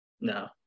no